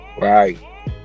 right